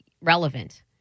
relevant